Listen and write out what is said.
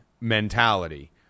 mentality